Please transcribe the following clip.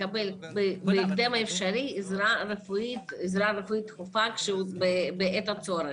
יקבל עזרה רפואית דחופה בהקדם האפשרי בעת הצורך.